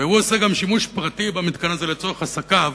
והוא עושה גם שימוש פרטי במתקן הזה לצורך עסקיו,